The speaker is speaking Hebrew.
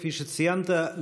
כפי שציינת,